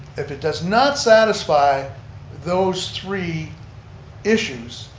if it does not satisfy those three issues,